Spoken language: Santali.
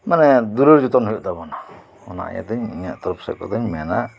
ᱢᱟᱱᱮ ᱫᱩᱞᱟᱹᱲ ᱡᱚᱛᱚᱱ ᱦᱩᱭᱩᱜ ᱛᱟᱵᱚᱱᱟ ᱚᱱᱟ ᱤᱭᱟᱹᱛᱮ ᱤᱧᱟᱹᱜ ᱛᱚᱨᱚᱯ ᱥᱮᱫ ᱠᱷᱚᱱ ᱤᱧ ᱢᱮᱱᱟ